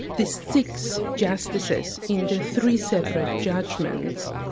the six justices in the three separate judgments,